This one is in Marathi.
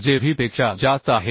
जे V पेक्षा जास्त आहे